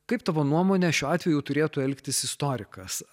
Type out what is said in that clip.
kaip tavo nuomone šiuo atveju turėtų elgtis istorikas